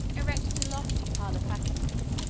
erected a lofty pile of fascines,